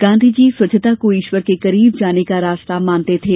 गांधीजी स्वच्छता को ईश्वर के करीब जाने का रास्ता मानते थे